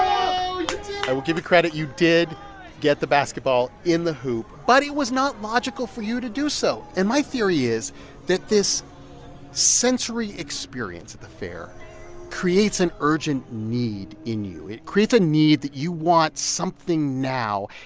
um i will give you credit. you did get the basketball in the hoop. but it was not logical for you to do so. and my theory is that this sensory experience at the fair creates an urgent need in you. it creates a need that you want something now.